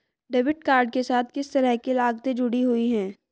Debit card के साथ किस तरह की लागतें जुड़ी हुई हैं?